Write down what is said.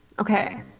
Okay